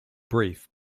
brief